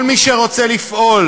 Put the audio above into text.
כל מי שרוצה לפעול